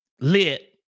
lit